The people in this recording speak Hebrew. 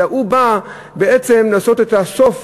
אלא הוא בא בעצם לעשות את הסוף